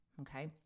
Okay